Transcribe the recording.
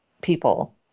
people